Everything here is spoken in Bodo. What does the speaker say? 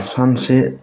सानसे